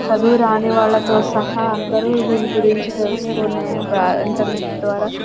చదువురాని వాళ్లతో సహా అందరు దీని గురించి తెలుసుకునే ఈ ఇంటర్నెట్ ద్వారా